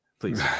please